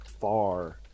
far